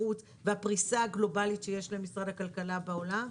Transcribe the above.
חוץ והפריסה הגלובלית שיש למשרד הכלכלה בעולם,